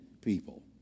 people